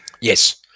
Yes